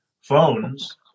phones